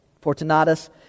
Fortunatus